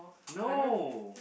no